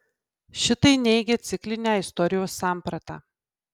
šitai neigia ciklinę istorijos sampratą